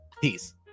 Peace